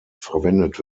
verwendet